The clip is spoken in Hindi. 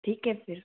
ठीक है फिर